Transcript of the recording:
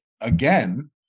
again